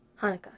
Hanukkah